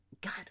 God